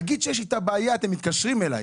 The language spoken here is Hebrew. כדי להגיד שיש איתה בעיה אתם מקשרים אלי.